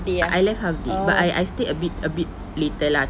I I left half day but I I stay a bit a bit later lah